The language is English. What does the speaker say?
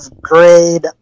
grade